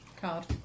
card